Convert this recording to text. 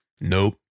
Nope